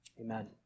Amen